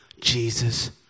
Jesus